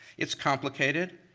it's complicated,